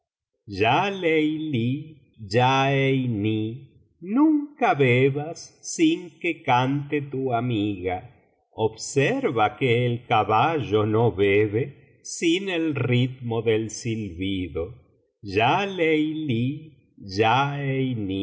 leilí ya mi nunca bebas sin que cante tu amiga observa que el caballo no bebe sin el ritmo del silbido ya leilí